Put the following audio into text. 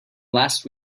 last